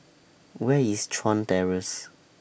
Where IS Chuan Terrace